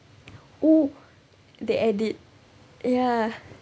oh the edit ya